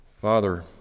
Father